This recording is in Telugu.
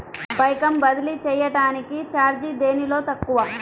పైకం బదిలీ చెయ్యటానికి చార్జీ దేనిలో తక్కువ?